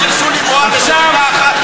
עדיף על, של שולי מועלם, מדינה אחת לשני עמים.